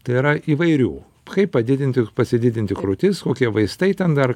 tai yra įvairių kaip padidinti pasididinti krūtis kokie vaistai ten dar